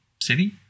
city